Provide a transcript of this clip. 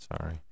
sorry